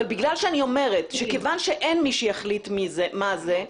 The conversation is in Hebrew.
אבל בגלל שאני אומרת שכיוון שאין מי שיחליט מה זה,